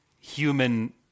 human